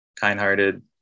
kind-hearted